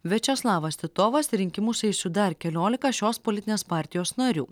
viačeslavas titovas į rinkimus eis su dar keliolika šios politinės partijos narių